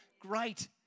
Great